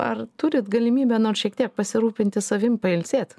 ar turit galimybę nors šiek tiek pasirūpinti savim pailsėt